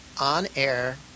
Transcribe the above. on-air